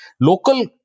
Local